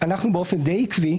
אנחנו באופן די עקבי,